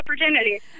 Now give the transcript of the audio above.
opportunity